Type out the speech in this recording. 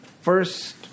first